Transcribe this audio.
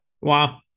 Wow